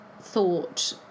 thought